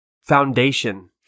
foundation